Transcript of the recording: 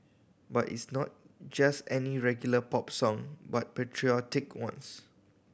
but it's not just any regular pop song but patriotic ones